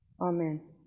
Amen